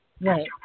Right